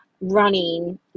running